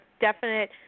definite